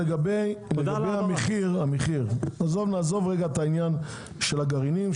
לגבי המחיר: נעזוב את העניין של הגרעינים,